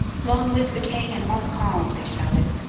long live the king and montcalm they shouted,